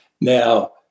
now